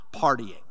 partying